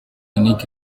nic